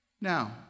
Now